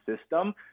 system